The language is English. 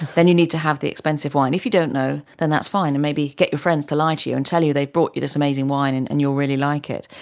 then you need to have the expensive wine. if you don't know then that's fine and maybe get your friends to lie to you and tell you they bought this amazing wine and and you'll really like it.